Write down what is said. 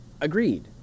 agreed